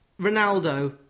Ronaldo